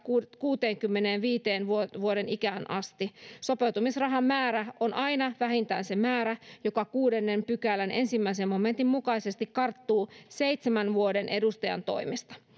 kuudenkymmenenviiden vuoden vuoden ikään asti sopeutumisrahan määrä on aina vähintään se määrä joka kuudennen pykälän ensimmäisen momentin mukaisesti karttuu seitsemän vuoden edustajantoimesta